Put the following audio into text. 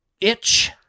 itch